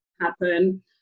happen